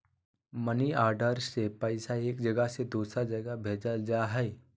money order से पैसा एक जगह से दूसर जगह भेजल जा हय